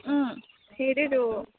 ও সেইটোৱেইটো